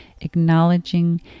Acknowledging